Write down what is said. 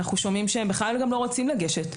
אנחנו שומעים שהם בכל לא רוצים לגשת,